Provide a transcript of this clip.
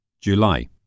July